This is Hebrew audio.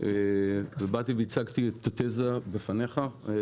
באתי והצגתי את התזה בפניך,